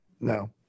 no